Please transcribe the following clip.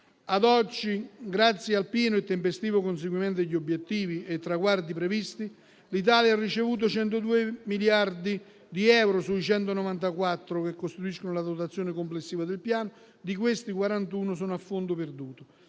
Ad oggi, grazie al pieno e tempestivo conseguimento degli obiettivi e traguardi previsti, l'Italia ha ricevuto 102 miliardi di euro sui 194 che costituiscono la dotazione complessiva del Piano. Di questi, 41 sono a fondo perduto.